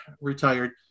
retired